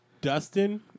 Dustin